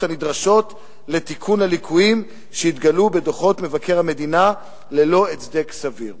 הנדרשות לתיקון הליקויים שהתגלו בדוחות מבקר המדינה ללא הצדק סביר.